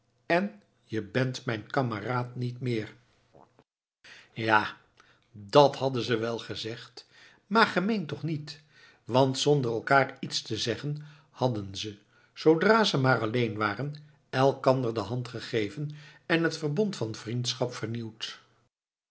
en je bent mijn kameraad niet meer ja dat hadden ze wel gezegd maar gemeend toch niet want zonder elkaâr iets te zeggen hadden ze zoodra ze maar alleen waren elkander de hand gegeven en het verbond van vriendschap vernieuwd